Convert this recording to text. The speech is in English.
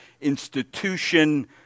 institution